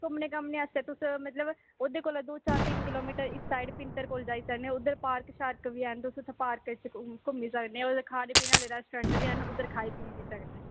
ते ओह्दे बास्तै तुसेंगी इक्क दौ चार किलोमीटर इस साईड फिंतर च जाई सकने उद्धर पार्क बी हैन ते उद्धर खाने पीने आह्ले रेस्टोरेंट हैन उद्धर खाई पी बी सकने